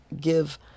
give